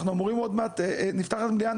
עוד מעט נפתחת המליאה,